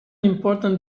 important